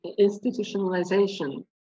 institutionalization